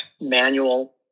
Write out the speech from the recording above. manual